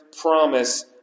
promise